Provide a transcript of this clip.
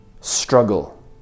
struggle